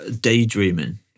daydreaming